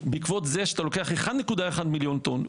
בעקבות זה שאתה לוקח 1.1 מיליון טון,